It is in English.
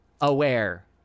aware